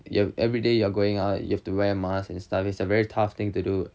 you've everyday you're going out you have to wear mask and stuff it's a very tough thing to do